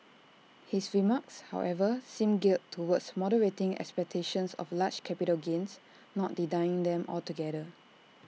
his remarks however seem geared towards moderating expectations of large capital gains not denying them altogether